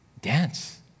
dance